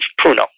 pruno